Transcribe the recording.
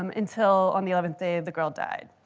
um until on the eleventh day, the girl died.